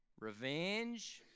Revenge